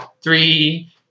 three